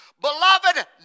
Beloved